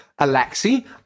Alexi